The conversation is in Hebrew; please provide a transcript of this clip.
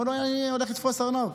אומר לו: אני הולך לתפוס ארנב.